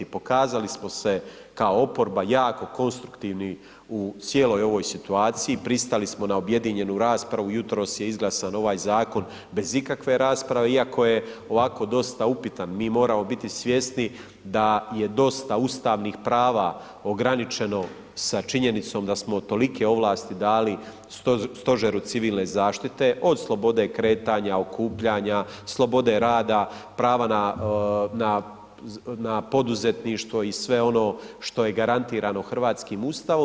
Pokazali smo se kao oporba jako konstruktivni u cijeloj ovoj situaciji, pristali smo na objedinjenu raspravu, jutros je izglasan ovaj zakon bez ikakve rasprave iako je ovako dosta upitan, mi moramo biti svjesni da je dosta ustavnih prava ograničeno sa činjenicom da smo tolike ovlasti dali stožeru civilne zaštite, od slobode kretanja, okupljanja slobode rada, prava na poduzetništvo i sve ono što je garantirano hrvatskim Ustavom.